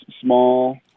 small